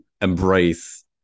embrace